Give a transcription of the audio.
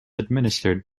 administered